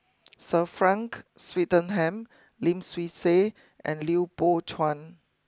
Sir Frank Swettenham Lim Swee Say and Lui Pao Chuen